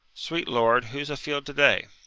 sweet lord, who's a-field today?